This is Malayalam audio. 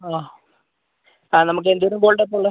ആ ആ നമുക്ക് എന്തെല്ലാം ഗോൾഡ് ഒക്കെയാണ് ഉള്ളത്